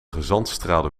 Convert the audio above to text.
gezandstraalde